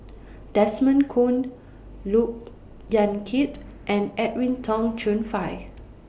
Desmond Kon Look Yan Kit and Edwin Tong Chun Fai